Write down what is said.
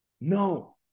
no